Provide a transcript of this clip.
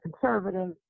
conservative